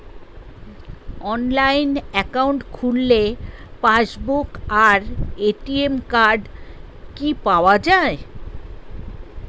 Online account খুললে passbook আর ATM card কি পাওয়া যায়?